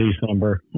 December